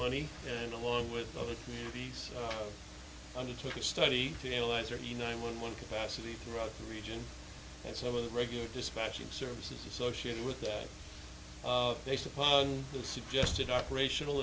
money and along with other communities undertook a study to analyze or the nine one one capacity throughout the region and several regular dispatching services associated with that based upon the suggested operational